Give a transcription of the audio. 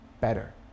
better